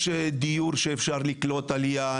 יש דיור שאפשר לקלוט בו עלייה.